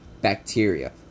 bacteria